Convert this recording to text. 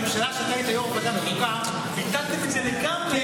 בממשלה שאתה היית יושב-ראש ועדת החוקה ביטלתם את זה לגמרי.